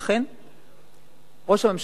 ראש הממשלה היום,